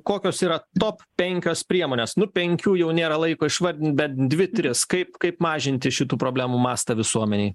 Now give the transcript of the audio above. kokios yra top penkios priemonės nu penkių jau nėra laiko išvardint bent dvi tris kaip kaip mažinti šitų problemų mastą visuomenėj